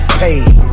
paid